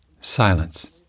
silence